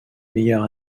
meyer